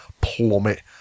plummet